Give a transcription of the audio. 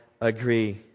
agree